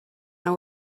know